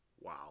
Wow